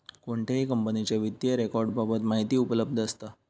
कोणत्याही कंपनीच्या वित्तीय रेकॉर्ड बाबत माहिती उपलब्ध असता